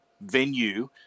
venue